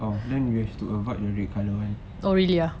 oh then you have to avoid the red colour [one]